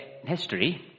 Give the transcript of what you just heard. history